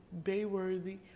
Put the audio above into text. bayworthy